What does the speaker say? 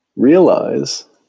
realize